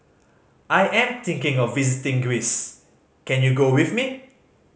I am thinking of visiting Greece can you go with me